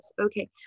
Okay